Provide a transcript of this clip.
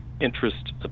interest